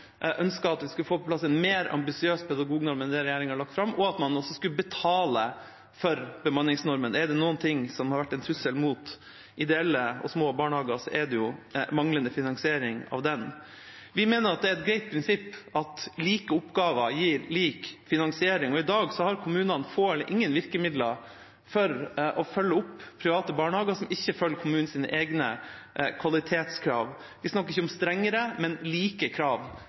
og at man også skulle betale for bemanningsnormen. Er det noe som har vært en trussel mot ideelle og små barnehager, er det manglende finansiering av dem. Vi mener det er et greit prinsipp at like oppgaver gir lik finansiering. I dag har kommunene få eller ingen virkemidler for å følge opp private barnehager som ikke følger kommunenes egne kvalitetskrav. Vi snakker ikke om strengere, men om like krav